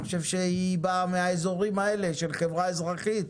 אני חושב שהיא באה מהאזורים האלה של חברה אזרחית.